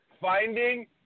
finding